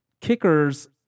kickers